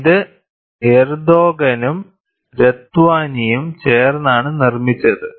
ഇത് എർദോഗനും രത്വാനിയും ചേർന്നാണ് നിർമ്മിച്ചത്